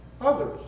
others